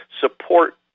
support